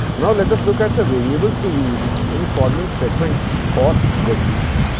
now, let us look at the variables to use in forming segments for wendy's.